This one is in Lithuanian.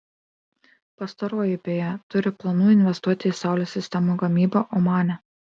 pastaroji beje turi planų investuoti į saulės sistemų gamybą omane